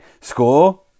Score